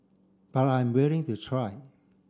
but I'm willing to try